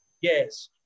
Yes